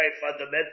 fundamental